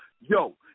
Yo